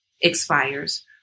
expires